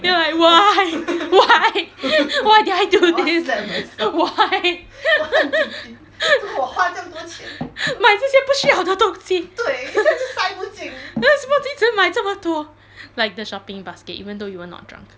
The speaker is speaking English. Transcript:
then we like why why why did I do this why 买这些不需要的东 哪有什么精神买这么多 like the shopping basket even though you were not drunk